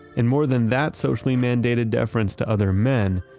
and more than that socially mandated deference to other men,